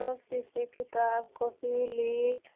सब किछु छै किताब कॉपी लीड